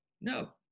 No